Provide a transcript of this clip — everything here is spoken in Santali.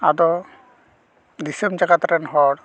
ᱟᱫᱚ ᱫᱤᱥᱚᱢ ᱡᱟᱠᱟᱛ ᱨᱮᱱ ᱦᱚᱲ